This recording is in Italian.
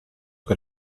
che